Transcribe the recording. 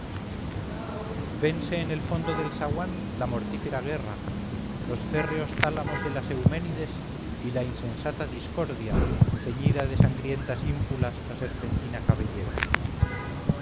vense en el fondo del zaguán la mortífera guerra los férreos tálamos de las euménides y la insensata discordia ceñida de sangrientas ínfulas la serpentina cabellera